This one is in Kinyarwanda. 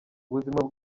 ubuzima